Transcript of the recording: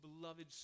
beloved